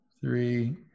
three